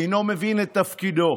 אינו מבין את תפקידו.